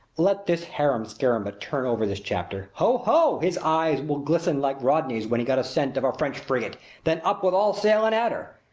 let this harum-scarum but turn over this chapter ho! ho! his eyes will glisten like rodney's when he got scent of a french frigate then up with all sail and at her,